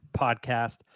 podcast